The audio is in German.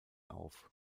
auf